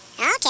okay